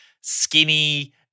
skinny